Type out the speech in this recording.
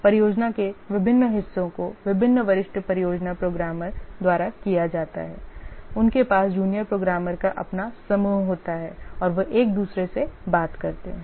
परियोजना के विभिन्न हिस्सों को विभिन्न वरिष्ठ परियोजना प्रोग्रामर द्वारा किया जाता है उनके पास जूनियर प्रोग्रामर का अपना समूह होता है और वे एक दूसरे से बात करते हैं